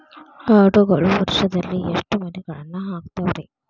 ಆಡುಗಳು ವರುಷದಲ್ಲಿ ಎಷ್ಟು ಮರಿಗಳನ್ನು ಹಾಕ್ತಾವ ರೇ?